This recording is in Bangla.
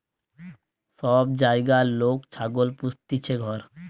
সব জাগায় লোক ছাগল পুস্তিছে ঘর